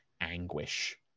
anguish